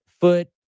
foot